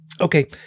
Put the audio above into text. Okay